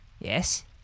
Yes